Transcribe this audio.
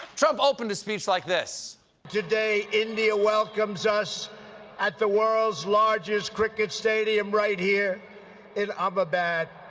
trump opened his speech like this today india welcomes us at the world's largest cricket stadium right here in ahmedabad.